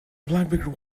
blackbird